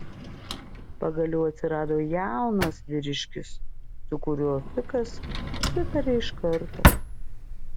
pagaliau atsirado jaunas vyriškis su kuriuo fikas sutarė iš karto